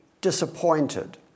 disappointed